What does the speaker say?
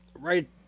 right